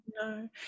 No